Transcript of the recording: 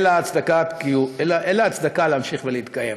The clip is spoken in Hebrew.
אין לה הצדקה להמשיך להתקיים,